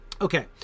Okay